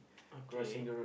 okay